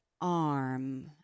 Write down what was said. arm